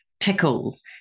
tickles